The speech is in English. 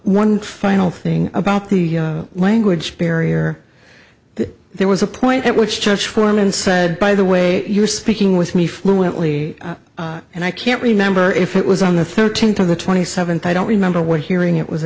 one final thing about the language barrier that there was a point at which church foreman said by the way you're speaking with me fluently and i can't remember if it was on the thirteenth of the twenty seventh i don't remember what hearing it was